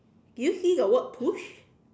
do you see the word push